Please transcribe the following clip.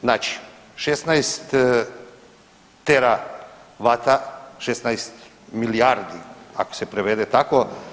Znači 16 teravata, 16 milijardi ako se prevede tako.